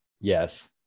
Yes